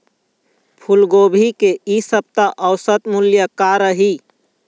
फूलगोभी के इ सप्ता औसत मूल्य का रही?